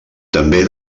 també